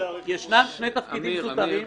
ישנם שני תפקידים "זוטרים"